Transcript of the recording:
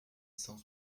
cent